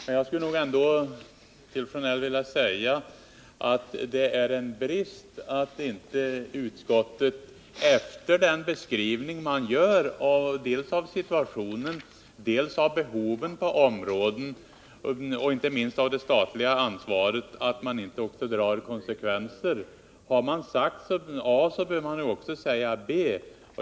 Jag skulle nog ändå till Bengt Sjönell vilja säga att det är en brist att utskottet, efter den beskrivning man gör av situationen, av behovet på området och inte minst av det statliga ansvaret, inte också drar konsekvenserna. Har man sagt A så bör man väl också säga B.